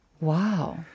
Wow